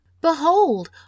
Behold